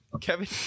kevin